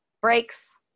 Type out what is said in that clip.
breaks